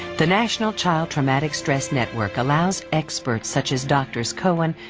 the national child traumatic stress network allows experts such as doctors cohen,